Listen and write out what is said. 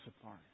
apart